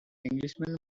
englishman